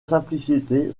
simplicité